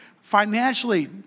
financially